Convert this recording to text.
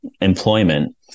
employment